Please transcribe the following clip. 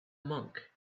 monk